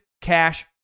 Cash